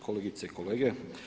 Kolegice i kolege.